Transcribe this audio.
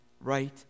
right